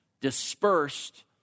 dispersed